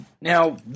Now